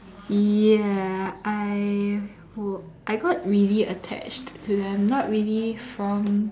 ya I would I got really attached to them not really from